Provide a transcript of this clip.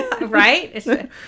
right